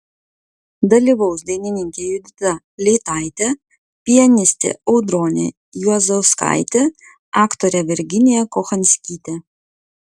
dalyvaus dainininkė judita leitaitė pianistė audronė juozauskaitė aktorė virginija kochanskytė